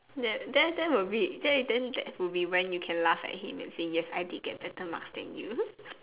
that that that will be that is then that will be when you can laugh at him and say yes I did get better marks then you